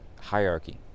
hierarchy